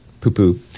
poo-poo